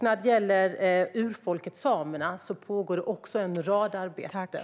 När det gäller urfolket samerna pågår också en rad arbeten.